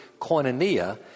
koinonia